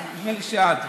נדמה לי שאת,